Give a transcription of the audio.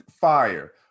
fire